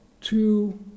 two